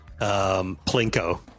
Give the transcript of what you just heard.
Plinko